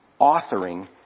authoring